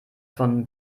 von